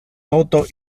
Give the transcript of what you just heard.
toto